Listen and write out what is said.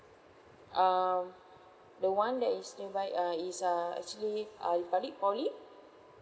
um the one that is nearby uh is uh actually uh republic poly